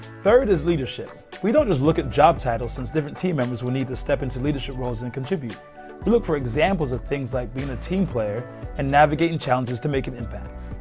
third is leadership. we don't just look at job titles, since different team members will need to step into leadership roles and contribute. we look for examples of things like being a team player and navigating challenges to make an impact.